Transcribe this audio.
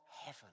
heaven